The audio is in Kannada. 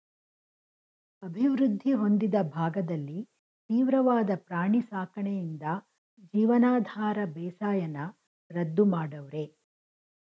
ಅಭಿವೃದ್ಧಿ ಹೊಂದಿದ ಭಾಗದಲ್ಲಿ ತೀವ್ರವಾದ ಪ್ರಾಣಿ ಸಾಕಣೆಯಿಂದ ಜೀವನಾಧಾರ ಬೇಸಾಯನ ರದ್ದು ಮಾಡವ್ರೆ